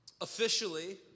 Officially